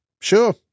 Sure